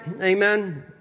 Amen